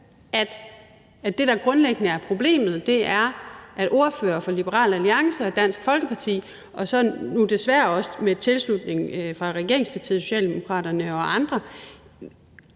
at det, der grundlæggende er problemet, er, at ordførere fra Liberal Alliance og Dansk Folkeparti – og nu desværre også med tilslutning fra regeringspartiet Socialdemokraterne og fra